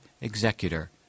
executor